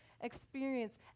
experience